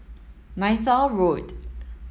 Neythal Road